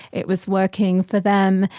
it was working for them,